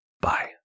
Bye